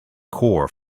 core